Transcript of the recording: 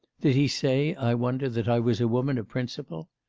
did he say, i wonder, that i was a woman of principle?